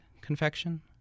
confection